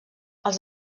els